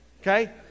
okay